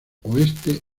oeste